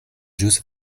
ĵus